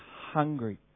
hungry